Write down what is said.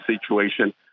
situation